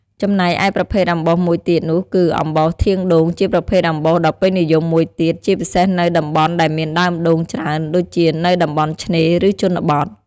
ចំណែកឯប្រភេទអំបោសមួយទៀតនោះគឺ អំបោសធាងដូងជាប្រភេទអំបោសដ៏ពេញនិយមមួយទៀត ជាពិសេសនៅតំបន់ដែលមានដើមដូងច្រើនដូចជានៅតំបន់ឆ្នេរ ឬជនបទ។